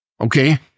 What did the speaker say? Okay